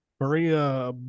Maria